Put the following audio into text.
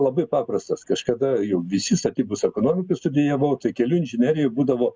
labai paprastas kažkada jog visi statybos ekonomikoj studijavau tai kelių inžinerija būdavo